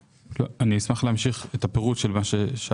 אשמח להמשיך את הפירוט של הבקשה.